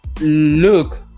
look